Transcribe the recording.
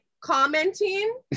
commenting